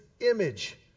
image